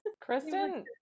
Kristen